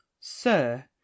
Sir